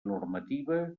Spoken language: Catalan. normativa